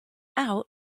out